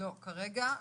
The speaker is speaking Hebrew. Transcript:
לא כרגע.